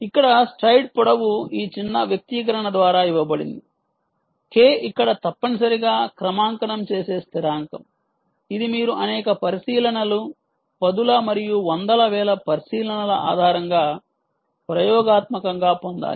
ఇక్కడ స్ట్రైడ్ పొడవు ఈ చిన్న వ్యక్తీకరణ ద్వారా ఇవ్వబడింది k ఇక్కడ తప్పనిసరిగా క్రమాంకనం చేసే స్థిరాంకం ఇది మీరు అనేక పరిశీలనలు పదుల మరియు వందల వేల పరిశీలనల ఆధారంగా ప్రయోగాత్మకంగా పొందాలి